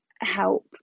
help